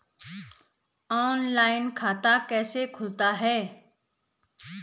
Online खाता कैसे खुलता है?